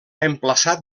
emplaçat